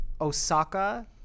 osaka